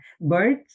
birds